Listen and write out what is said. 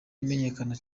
imenyekana